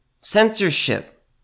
Censorship